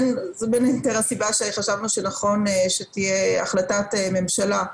זו בין היתר הסיבה שחשבנו שנכון שתהיה החלטת ממשלה,